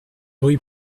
rue